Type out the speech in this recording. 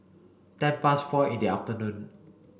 ten past four in the afternoon